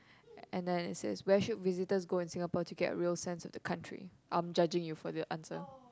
and then it says where should visitors go in Singapore to get a real sense of the country I'm judging you for the answer